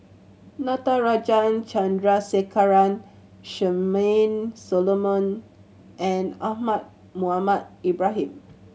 Natarajan Chandrasekaran Charmaine Solomon and Ahmad Mohamed Ibrahim